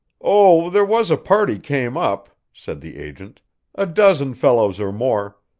oh, there was a party came up, said the agent a dozen fellows or more.